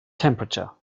temperature